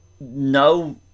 no